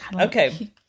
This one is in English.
Okay